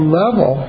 level